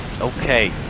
Okay